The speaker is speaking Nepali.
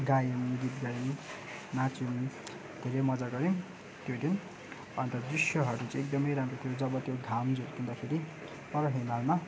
गायौँ गीत गायौँ नाच्यौँ धेरै मजा गर्यौँ त्यो दिन अन्त दृश्यहरू चाहिँ एकदमै राम्रो थियो जब त्यो घाम झुल्किँदाखेरि पर हिमालमा